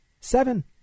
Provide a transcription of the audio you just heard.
seven